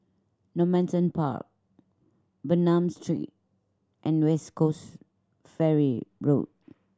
Normanton Park Bernam Street and West Coast Ferry Road